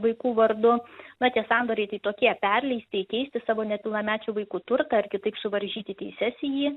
vaikų vardu na tie sandoriai tai tokie perleisti įkeisti savo nepilnamečių vaikų turtą ar kitaip suvaržyti teises į jį